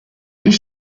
est